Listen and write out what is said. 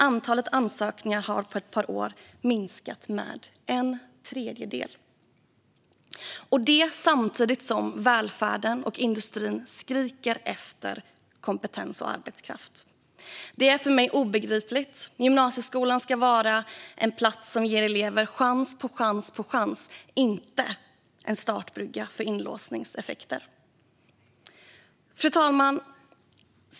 Antalet ansökningar har på ett par år minskat med en tredjedel, och det samtidigt som välfärden och industrin skriker efter kompetens och arbetskraft. Det är för mig obegripligt. Gymnasieskolan ska vara en plats som ger elever chans på chans på chans, inte en startbrygga för inlåsningseffekter. Fru talman!